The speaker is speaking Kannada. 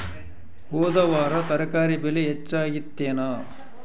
ಹೊದ ವಾರ ತರಕಾರಿ ಬೆಲೆ ಹೆಚ್ಚಾಗಿತ್ತೇನ?